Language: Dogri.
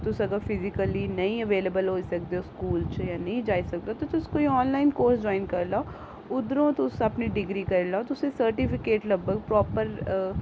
तुस अगर फीजिकली नेईं अवेलेबल होई सकदेओ स्कूल च जां नेईं जाई सकदे ते तुस कोई आनलाइन कोर्स जाइन करी लैओ उद्धरूं तुस अपनी डिग्री करी लैओ तुसें गी सैर्टिफिकेट लब्भग प्रापर